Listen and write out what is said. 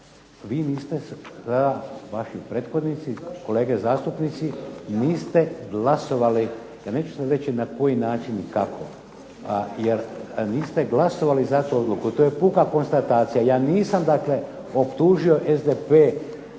vi niste i vaši prethodnici kolege zastupnici niste glasovali ja neću sada reći na koji način i kako, jer niste glasovali zato, to je puka konstatacija. Ja nisam dakle optužio tada